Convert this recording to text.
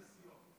טוב, המתח בשיאו.